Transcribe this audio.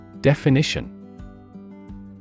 Definition